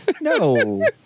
No